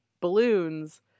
balloons